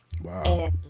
Wow